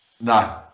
No